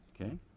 Okay